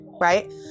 right